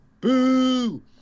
Boo